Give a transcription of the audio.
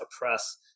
oppress